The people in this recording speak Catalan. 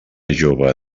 jove